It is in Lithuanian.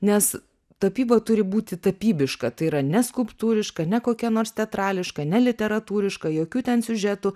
nes tapyba turi būti tapybiška tai yra ne skulptūriška ne kokia nors teatrališka ne literatūriška jokių ten siužetų